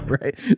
right